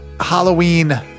halloween